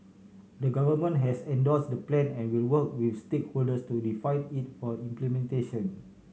the Government has endorsed the Plan and will work with stakeholders to refine it for implementation